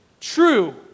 true